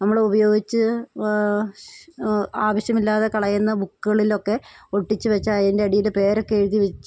നമ്മളുപയോഗിച്ച് ശ് ആവശ്യമില്ലാതെ കളയുന്ന ബുക്കുകളിലൊക്കെ ഒട്ടിച്ചു വെച്ചതിൻ്റെ അടിയിൽ പേരൊക്കെ എഴുതി വെച്ച്